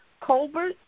Colbert